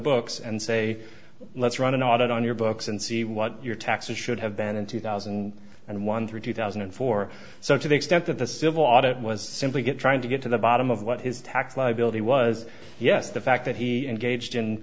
books and say let's run an audit on your books and see what your taxes should have been in two thousand and one through two thousand and four so to the extent that the civil audit was simply get trying to get to the bottom of what his tax liability was yes the fact that he engaged in